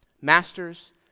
Masters